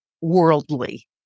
worldly